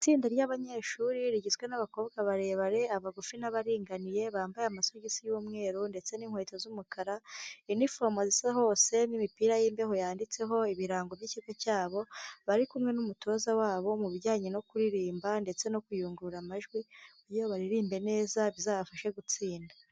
Itsinda ry'abanyeshuri rigizwe n'abakobwa barebare, abagufi, n'abaringaniye, bambaye amasogisi y'umweru ndetse n'inkweto z'umukara, uniforme zisa hose, n'imipira y'imbeho yanditseho ibirango by'ikigo cyabo. Bari kumwe n'umutoza wabo, mubijyanye no kuririmba ndetse no kuyungurura amajwi. Iyo baririmbye neza, bizabafashe gutsinda.